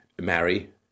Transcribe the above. marry